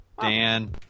Dan